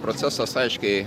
procesas aiškiai